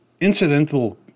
incidental